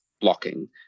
blocking